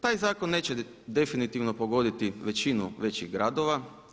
Taj zakon neće definitivno pogoditi većinu većih gradova.